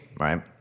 right